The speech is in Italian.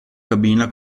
cabina